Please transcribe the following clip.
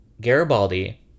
Garibaldi